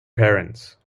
parents